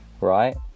right